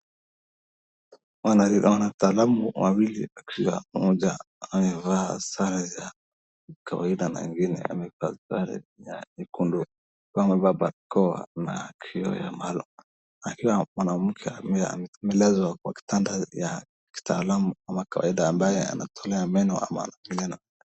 Wanataalamu wawili kila mmoja amevaa sare za kawaida na ingine amevaa sare ya nyekudu, akiwa amevaa barakoa na kioo ya mala, akiwa mwanamke ambaye amelazwa kwa kitanda ya kitaalamu ama kawaida ambaye anatolewa meno ama anatoa meno.